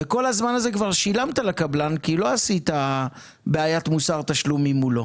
בכל הזמן הזה כבר שילמת לקבלן כי לא עשית בעיית מוסר תשלומים מולו.